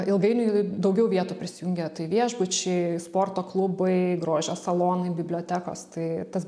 ilgainiui daugiau vietų prisijungė tai viešbučiai sporto klubai grožio salonai bibliotekos tai tas